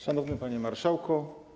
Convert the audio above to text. Szanowny Panie Marszałku!